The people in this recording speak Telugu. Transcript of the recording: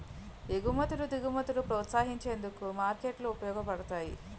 ఎగుమతులు దిగుమతులను ప్రోత్సహించేందుకు మార్కెట్లు ఉపయోగపడతాయి